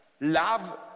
love